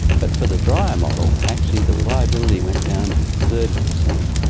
but for the drier model actually the reliability went down to thirty percent,